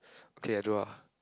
okay I do lah